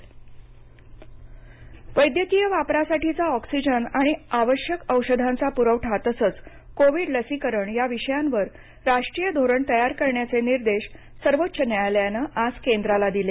सर्वोच्च न्यायालय वैद्यकीय वापर्साठीचा ऑक्सिजन आणि आवश्यक औषधांचा पुरवठा तसंच कोविड लसीकरण या विषयांवर राष्ट्रीय धोरण तयार करण्याचे निर्देश सर्वोच्च न्यायालयाने आज केंद्राला दिले